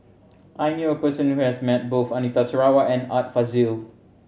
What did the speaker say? I knew a person who has met both Anita Sarawak and Art Fazil